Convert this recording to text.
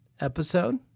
episode